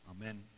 Amen